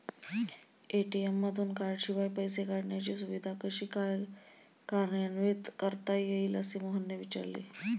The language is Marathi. ए.टी.एम मधून कार्डशिवाय पैसे काढण्याची सुविधा कशी काय कार्यान्वित करता येईल, असे मोहनने विचारले